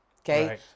Okay